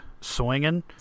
swinging